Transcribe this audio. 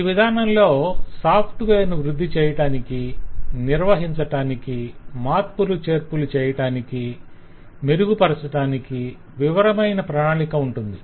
ఈ విధానంలో సాఫ్ట్వేర్ ను వృద్ధిచేయటానికి నిర్వహించటానికి మార్పులు చేర్పులు చేయటానికి మెరుగుపరచటానికి వివరమైన ప్రణాళిక ఉంటుంది